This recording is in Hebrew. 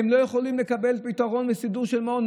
הן לא יכולות לקבל פתרון וסידור של מעון,